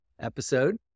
episode